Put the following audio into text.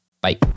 Bye